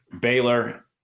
Baylor